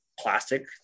plastic